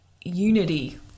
unity